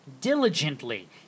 diligently